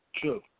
True